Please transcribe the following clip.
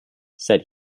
said